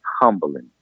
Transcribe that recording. humbling